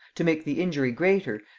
to make the injury greater,